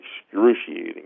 excruciating